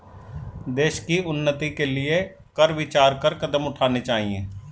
देश की उन्नति के लिए कर विचार कर कदम उठाने चाहिए